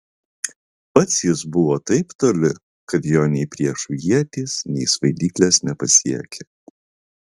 pats jis buvo taip toli kad jo nei priešų ietys nei svaidyklės nepasiekė